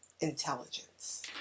intelligence